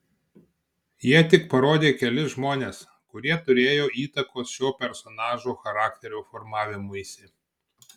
jie tik parodė kelis žmones kurie turėjo įtakos šio personažo charakterio formavimuisi